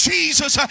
Jesus